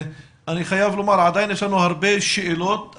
אני חייב לומר שעדיין יש לנו הרבה שאלות.